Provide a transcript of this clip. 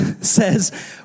says